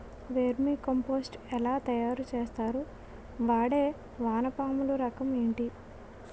Vermi compost ఎలా తయారు చేస్తారు? వాడే వానపము రకం ఏంటి?